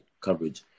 coverage